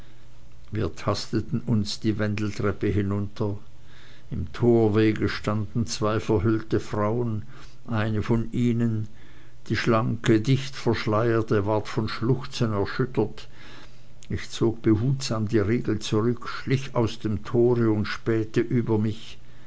wir tasteten uns die wendeltreppe hinunter im torwege standen zwei verhüllte frauen eine von ihnen die schlanke dichtverschleierte ward von schluchzen erschüttert ich zog behutsam die riegel zurück schlich aus dem tore und spähte über mich